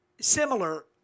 similar